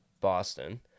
Boston